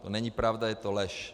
To není pravda, je to lež.